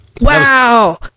Wow